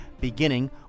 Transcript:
beginning